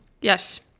Yes